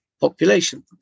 population